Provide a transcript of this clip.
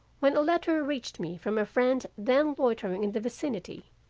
when a letter reached me from a friend then loitering in the vicinity,